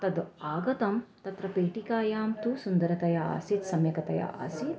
तद् आगतं तत्र पेटिकायां तु सुन्दरतया आसीत् सम्यकतया आसीत्